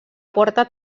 porta